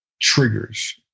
triggers